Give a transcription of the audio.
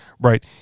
right